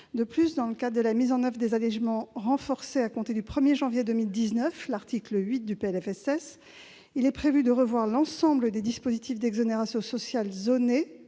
De plus, dans le cadre de la mise en oeuvre des allégements renforcés à compter du 1 janvier 2019- l'article 8 du PLFSS -, il est prévu de revoir l'ensemble des dispositifs d'exonération sociale zonés,